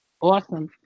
Awesome